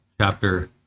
chapter